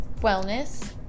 wellness